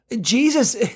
Jesus